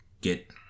get